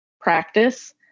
practice